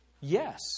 Yes